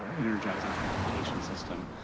energizing transportation systems,